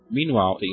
meanwhile